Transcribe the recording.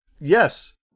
Yes